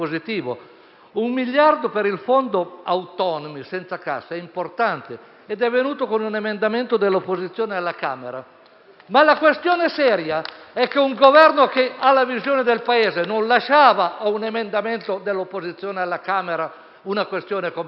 di euro per il fondo autonomi senza cassa è importante, ed è venuto con un emendamento dell'opposizione alla Camera. Ma la questione seria è che un Governo che ha una visione del Paese non avrebbe lasciato a un emendamento dell'opposizione alla Camera un tema come questo;